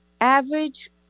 Average